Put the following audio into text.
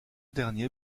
dernier